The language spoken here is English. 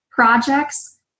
Projects